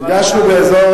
נפגשנו באזור